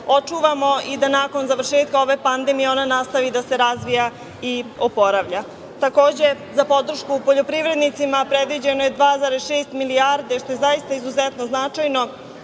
očuvamo i da nakon završetka ove pandemije ona nastavi da se razvija i oporavlja. Takođe, za podršku poljoprivrednicima predviđeno je 2,6 milijardi, što je zaista izuzetno značajno